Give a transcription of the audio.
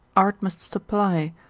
art must supply,